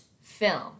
film